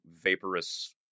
vaporous